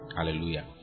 Hallelujah